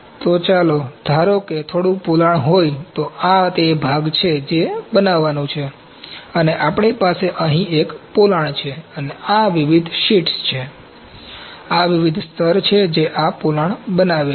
તો ધારો કે થોડું પોલાણ હોય તો આ તે ભાગ છે જે બનાવવાનું છે અને આપણી પાસે અહીં એક પોલાણ છે અને આ વિવિધ શીટ્સ છે આ વિવિધ સ્તરો છે જે આ પોલાણ બનાવે છે